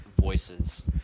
voices